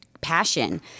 passion